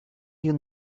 you